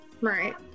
Right